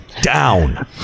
down